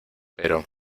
pero